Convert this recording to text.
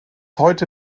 heute